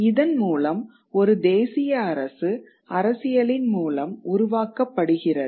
இதன் மூலம் ஒரு தேசிய அரசு அரசியலின் மூலம் உருவாக்கப்படுகிறது